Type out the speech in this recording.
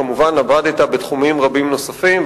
כמובן עבדת בתחומים רבים נוספים,